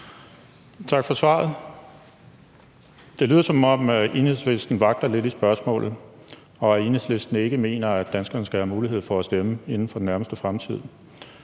Tak for svaret. Det lyder, som om Enhedslisten vakler lidt i spørgsmålet, og at Enhedslisten ikke mener, at danskerne skal have mulighed for at stemme inden for den nærmeste fremtid;